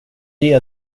det